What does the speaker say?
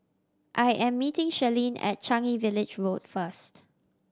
I am meeting Shirleen at Changi Village Road first